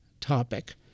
topic